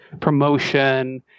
promotion